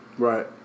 Right